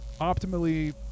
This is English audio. optimally